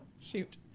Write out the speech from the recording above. shoot